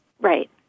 Right